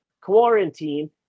quarantine